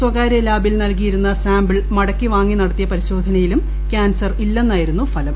സ്വകാര്യ ലാബിൽ നൽകിയ്ടിരുന്ന സാമ്പിൾ മടക്കി വാങ്ങി നടത്തിയ പരിശോധനയിലും ക്യാൻസർ ഇല്ലെന്നായിരുന്നു ഫലം